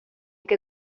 que